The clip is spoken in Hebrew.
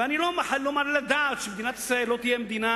ואני לא מעלה על הדעת שמדינת ישראל לא תהיה מדינה